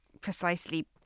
precisely